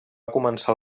començar